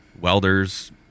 welders